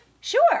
sure